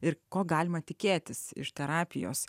ir ko galima tikėtis iš terapijos